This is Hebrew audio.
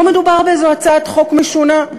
לא מדובר באיזו הצעת חוק משונה,